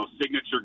signature